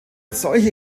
solche